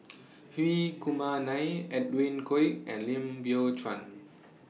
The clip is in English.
Hri Kumar Nair Edwin Koek and Lim Biow Chuan